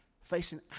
facing